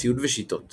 ציוד ושיטות